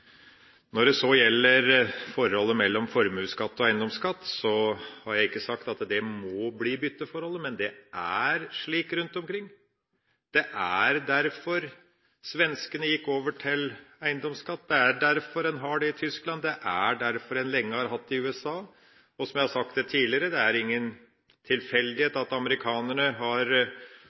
Når det så gjelder forholdet mellom formuesskatt og eiendomsskatt, har jeg ikke sagt at det må bli bytteforholdet. Men det er slik rundt omkring – det er derfor svenskene gikk over til eiendomsskatt, det er derfor en har det i Tyskland, og det er derfor en lenge har hatt det i USA. Som jeg har sagt tidligere: Det er ingen tilfeldighet at amerikanerne har